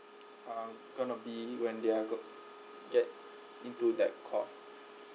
uh gonna be when they are got get into that course